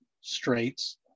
Straits